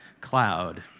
cloud